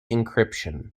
encryption